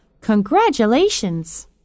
Congratulations